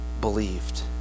believed